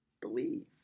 Believe